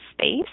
space